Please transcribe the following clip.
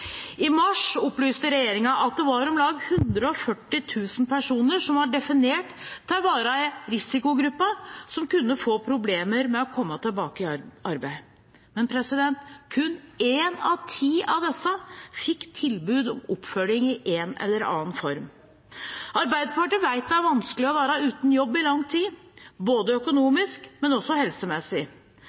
I mars opplyste regjeringen at det var om lag 140 000 personer som var definert til å være i risikogruppen som kunne få problemer med å komme tilbake i arbeid. Men kun én av ti av disse fikk tilbud om oppfølging i en aller annen form. Arbeiderpartiet vet det er vanskelig å være uten jobb i lang tid, både økonomisk og helsemessig.